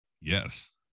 yes